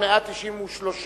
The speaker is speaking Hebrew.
193,